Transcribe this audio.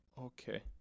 okay